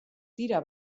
dira